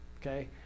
okay